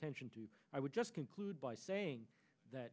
attention to i would just conclude by saying that